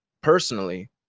personally